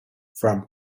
from